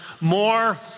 more